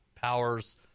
powers